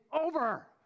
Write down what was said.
over